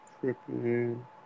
tripping